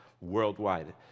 worldwide